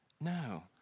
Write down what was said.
No